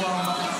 הוא אמר.